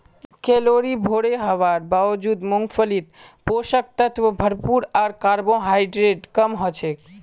calorie भोरे हवार बावजूद मूंगफलीत पोषक तत्व भरपूर आर कार्बोहाइड्रेट कम हछेक